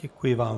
Děkuji vám.